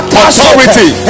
authority